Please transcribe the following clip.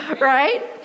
Right